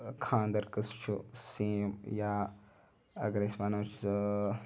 خانٛدَر قٕصہِ چھُ سیم یا اگر أسۍ وَنو سُہ